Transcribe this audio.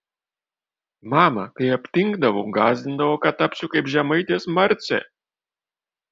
mama kai aptingdavau gąsdindavo kad tapsiu kaip žemaitės marcė